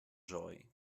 joy